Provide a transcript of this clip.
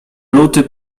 luty